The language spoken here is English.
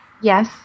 Yes